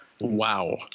Wow